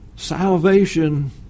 Salvation